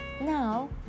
Now